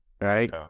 right